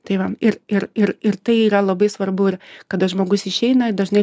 tai va ir ir ir ir tai yra labai svarbu ir kada žmogus išeina dažnai